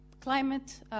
climate